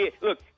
Look